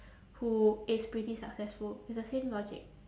who is pretty successful it's the same logic